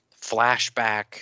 flashback